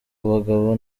bagabo